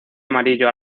amarillo